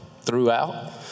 throughout